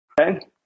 Okay